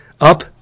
up